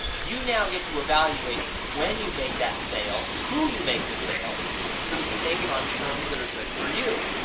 you now get to evaluate when you make that sale, to who you make the sale so that you make it on terms that are good for you.